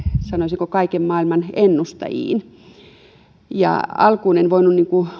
sanoisinko kaiken maailman ennustajiin alkuun en voinut